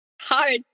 hard